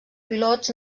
pilots